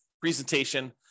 presentation